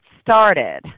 started